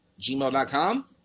gmail.com